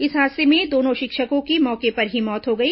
इस हादसे में दोनों शिक्षकों की मौके पर ही मौत हो गई